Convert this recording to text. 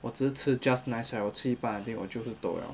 我只是吃 just nice right 我吃一半 I think 我就会 toh liao